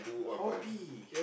hobby